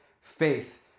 faith